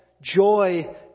joy